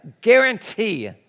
guarantee